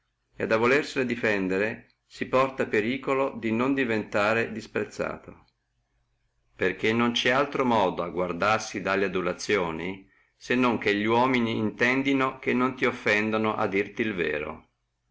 et a volersene defendere si porta periculo di non diventare contennendo perché non ci è altro modo a guardarsi dalle adulazioni se non che li uomini intendino che non ti offendino a dirti el vero